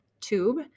tube